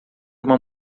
uma